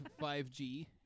5G